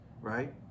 right